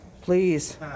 Please